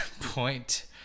point